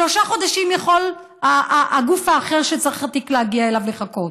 שלושה חודשים יכול הגוף האחר שהתיק צריך להגיע אליו לחכות,